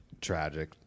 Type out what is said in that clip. tragic